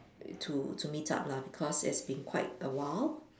to to meet up lah because it has been quite awhile